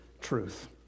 truth